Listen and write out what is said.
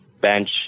bench